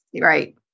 Right